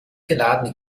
geladene